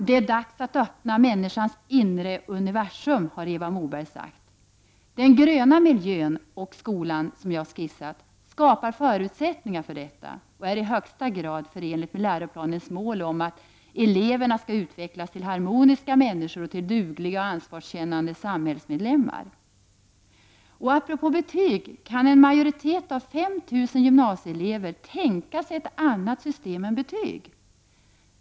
”Det är dags att öppna människans inre universum” har Eva Moberg sagt. Den gröna miljön och skolan som jag har skissat skapar förutsättningar för detta och är i högsta grad förenlig med läroplanens mål att ”eleverna skall utvecklas till harmoniska människor och till dugliga och ansvarskännande samhällsmedlemmar”. Apropå betyg kan en majoritet av 5 000 gymnasieelever tänka sig ett annat system än betyg.